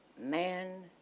man